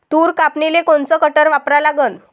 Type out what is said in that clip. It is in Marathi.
तूर कापनीले कोनचं कटर वापरा लागन?